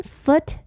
foot